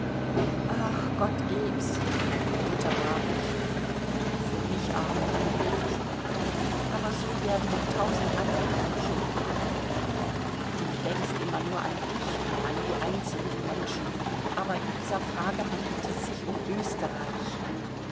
ah gott geb's unterbrach ich für mich arme freilich zu spät aber so werden doch tausend andere verschont du denkst immer nur an dich und an die einzelnen menschen aber in dieser frage handelt es sich um österreich